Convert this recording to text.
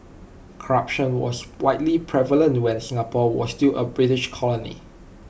corruption was widely prevalent when Singapore was still A British colony